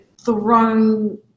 thrown